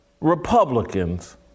Republicans